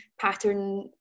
pattern